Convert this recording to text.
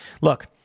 Look